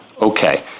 Okay